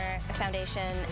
Foundation